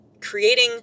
creating